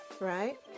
Right